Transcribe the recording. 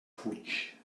fuig